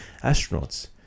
astronauts